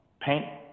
paint